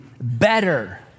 better